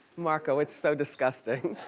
marco, it's so disgusting.